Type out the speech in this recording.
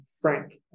frank